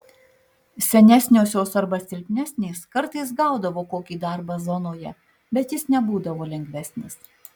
senesniosios arba silpnesnės kartais gaudavo kokį darbą zonoje bet jis nebūdavo lengvesnis